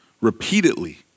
repeatedly